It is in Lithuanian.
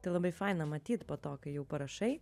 tai labai faina matyt po to kai jau parašai